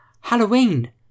Halloween